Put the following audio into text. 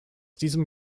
diesem